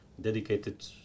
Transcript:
dedicated